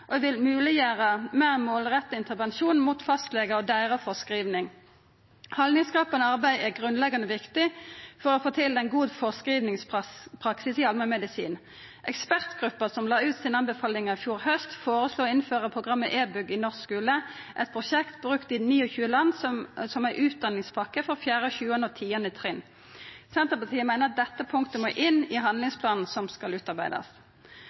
og det vil mogleggjera ein meir målretta intervensjon mot fastlegar og deira føreskriving. Haldningsskapande arbeid er grunnleggjande viktig for å få til ein god føreskrivingspraksis i allmennmedisin. Ekspertgruppa som la ut sine anbefalingar i fjor haust, føreslo å innføra programmet e-Bug i norsk skule, eit prosjekt brukt i 29 land som ei utdanningspakke for 4.–7. og 10. trinn. Senterpartiet meiner dette punktet må inn i handlingsplanen som skal utarbeidast.